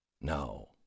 No